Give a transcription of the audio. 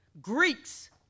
Greeks